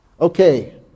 Okay